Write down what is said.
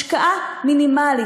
השקעה מינימלית.